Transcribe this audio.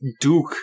Duke